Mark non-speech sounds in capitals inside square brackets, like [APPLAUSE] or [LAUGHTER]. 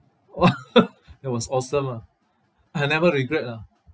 [LAUGHS] it was awesome ah I never regret lah